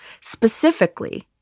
specifically